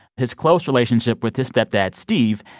his close relationship with his stepdad, steve,